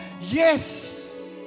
yes